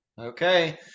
Okay